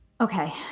Okay